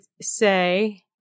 say